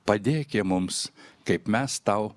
padėki mums kaip mes tau